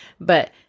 But-